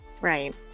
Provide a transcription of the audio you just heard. Right